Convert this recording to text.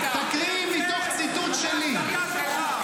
תקריאי מתוך ציטוט שלי.